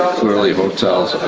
clearly hotels